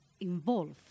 involved